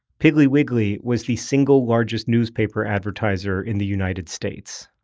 piggly wiggly was the single largest newspaper advertiser in the united states.